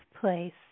place